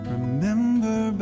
Remember